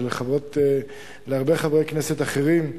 ולהרבה חברי כנסת אחרים,